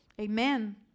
Amen